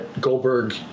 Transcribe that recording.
Goldberg